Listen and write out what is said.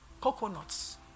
Coconuts